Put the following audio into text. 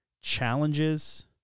challenges